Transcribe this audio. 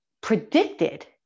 predicted